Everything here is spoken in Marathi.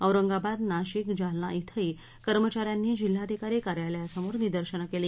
औरंगाबाद नाशिक जालना इथंही कर्मचा यांनी जिल्हाधिकारी कार्यालयासमोर निदर्शन केली